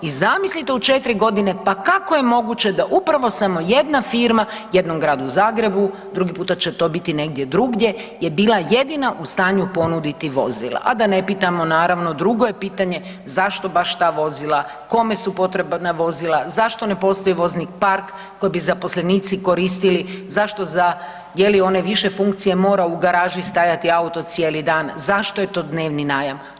I zamislite, u 4.g., pa kako je moguće da upravo samo jedna firma jednom Gradu Zagrebu, drugi puta će to biti negdje drugdje, je bila jedina u stanju ponuditi vozila, a da ne pitamo naravno, a drugo je pitanje zašto baš ta vozila, kome su potrebna vozila, zašto ne postoji vozni park koji bi zaposlenici koristili, zašto za, je li one više funkcije mora u garaži stajati auto cijeli dan, zašto je to dnevni najam?